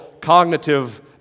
cognitive